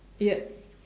yup